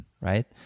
Right